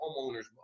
homeowners